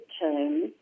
term